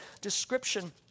description